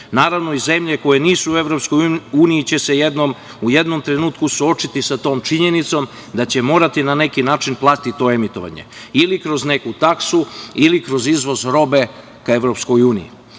Naravno i zemlje koje nisu u EU će se u jednom trenutku suočiti sa tom činjenicom da će morati na neki način plaćati to emitovanje ili kroz neku taksu ili kroz izvoz robe ka EU,